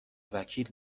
وکیل